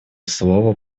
слово